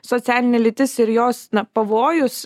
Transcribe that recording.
socialinė lytis ir jos na pavojus